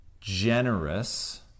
generous